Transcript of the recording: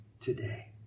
today